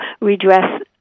redress